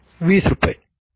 20 रुपये